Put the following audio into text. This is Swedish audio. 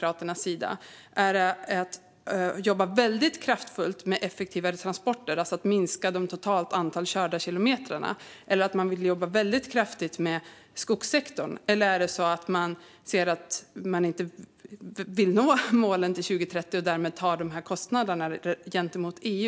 Är det att jobba väldigt kraftfullt med effektivare transporter, alltså minska det totala antalet körda kilometer? Eller vill man jobba väldigt kraftigt med skogssektorn? Eller vill man kanske inte nå målen till 2030 och är därmed beredd att ta kostnaderna gentemot EU?